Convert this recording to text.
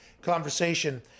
conversation